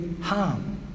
harm